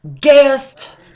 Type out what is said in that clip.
guest